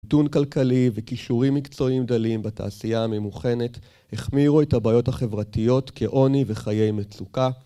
מיתון כלכלי, וכישורים מקצועיים דלים בתעשייה הממוכנת, החמירו את הבעיות החברתיות כעוני וחיי מצוקה